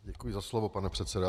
Děkuji za slovo, pane předsedo.